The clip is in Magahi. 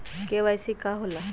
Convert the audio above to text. के.वाई.सी का होला?